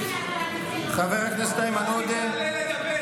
חבר הכנסת איימן עודה,